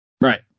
Right